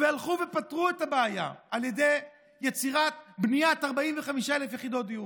והלכו ופתרו את הבעיה על ידי יצירה של בניית 45,000 יחידות דיור.